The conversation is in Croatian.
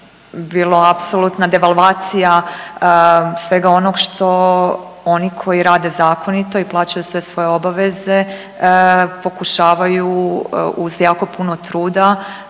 bila apsolutna devalvacija svega onog što oni koji rade zakonito i plaćaju sve svoje obaveze pokušavaju uz jako puno truda